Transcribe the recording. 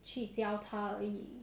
去教他而已